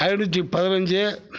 ஐநூற்றி பதினஞ்சு